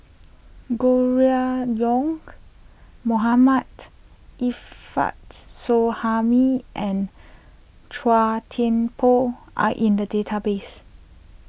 Gregory Yong Mohammad Suhaimi and Chua Thian Poh are in the database